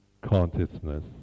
consciousness